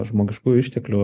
žmogiškųjų išteklių